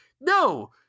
no